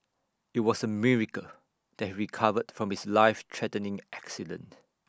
IT was A miracle that he recovered from his life threatening accident